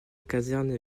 caserne